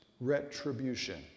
retribution